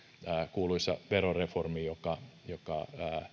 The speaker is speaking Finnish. kuuluisa veroreformi joka joka